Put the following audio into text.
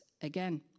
again